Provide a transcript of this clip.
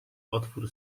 otwór